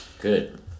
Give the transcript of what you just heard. Good